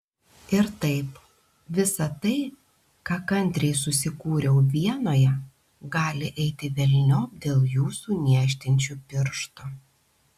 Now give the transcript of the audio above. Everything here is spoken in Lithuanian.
ir taip visa tai ką kantriai susikūriau vienoje gali eiti velniop dėl jūsų niežtinčių pirštų